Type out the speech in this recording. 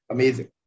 Amazing